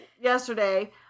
yesterday